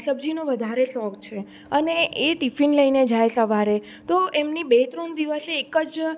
સબ્જીનો વધારે શોખ છે અને એ ટિફિન લઈને જાય સવારે તો એમની બે ત્રણ દિવસે એક જ